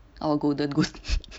oh golden